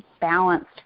balanced